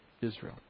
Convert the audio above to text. Israel